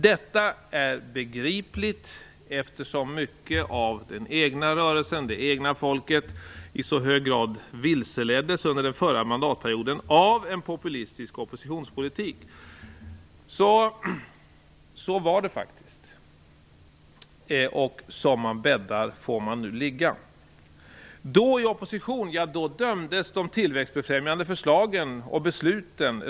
Detta är begripligt, eftersom mycket av den egna rörelsen och det egna folket i så hög grad vilseleddes under den förra mandatperioden av en populistisk oppositionspolitik. Så var det faktiskt. Och som man bäddar får man nu ligga. Då, i opposition, dömde man regelmässigt ut de tillväxtfrämjande förslagen och besluten.